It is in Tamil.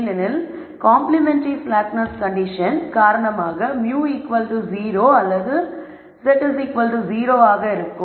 ஏனெனில் காம்ப்ளிமென்டரி ஸ்லாக்னஸ் கண்டிஷன் காரணமாக μ0 அல்லது z0 ஆக இருக்கும்